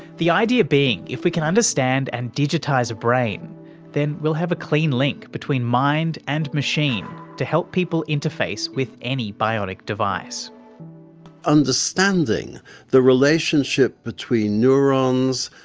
the idea being if we can understand and digitise a brain then we'll have a clean link between mind and machine to help people interface with any bionic devicebob williamson understanding the relationship between neurons,